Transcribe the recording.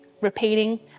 repeating